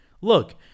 look